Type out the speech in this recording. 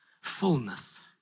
Fullness